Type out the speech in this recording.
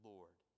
Lord